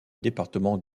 département